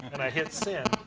and i hit send.